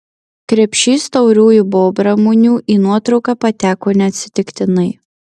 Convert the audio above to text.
krepšys tauriųjų bobramunių į nuotrauką pateko neatsitiktinai